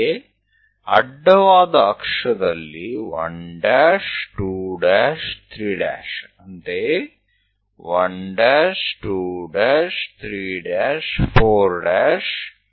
ಅಂತೆಯೇ ಅಡ್ಡವಾದ ಅಕ್ಷದಲ್ಲಿ 1 ' 2' 3 ' ಅಂತೆಯೇ 1 ' 2' 3 ' 4' ಮತ್ತು O